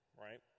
right